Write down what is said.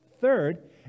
Third